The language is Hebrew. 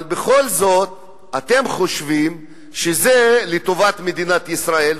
אבל בכל זאת אתם חושבים שזה לטובת מדינת ישראל,